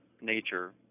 nature